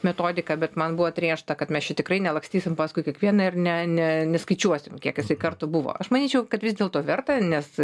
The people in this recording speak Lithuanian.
metodiką bet man buvo atrėžta kad mes čia tikrai nelakstysim paskui kiekvieną ir ne ne neskaičiuosim kiek kartų buvo aš manyčiau kad vis dėlto verta nes